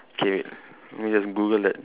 okay wait let me just Google that